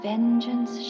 Vengeance